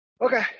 Okay